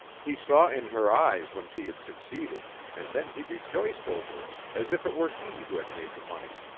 he saw in her eyes when she had succeeded and then he rejoiced over it as if it were he who had made the money.